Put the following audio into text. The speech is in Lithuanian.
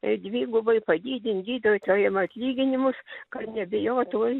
dvigubai padidint gydytojam atlyginimus kad nebijotų